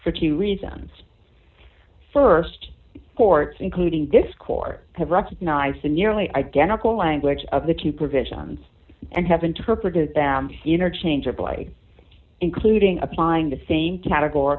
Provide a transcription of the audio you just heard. for two reasons st courts including this court have recognized the nearly identical language of the two provisions and have interpreted them interchangeably including applying the same categor